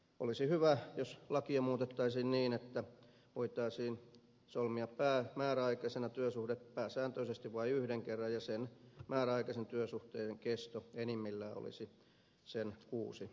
olisi hyvä jos lakia muutettaisiin niin että voitaisiin solmia työsuhde määräaikaisena pääsääntöisesti vain yhden kerran ja sen määräaikaisen työsuhteen kesto enimmillään olisi sen kuusi kuukautta